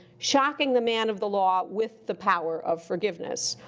shocking the man of the law with the power of forgiveness.